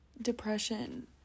Depression